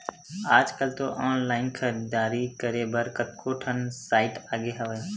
आजकल तो ऑनलाइन खरीदारी करे बर कतको ठन साइट आगे हवय